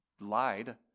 lied